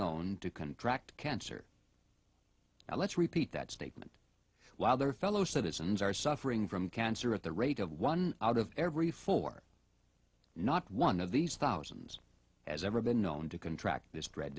known to contract cancer let's repeat that statement while their fellow citizens are suffering from cancer at the rate of one out of every four not one of these thousands as ever been known to contract this dread